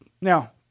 Now